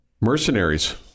mercenaries